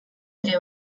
ere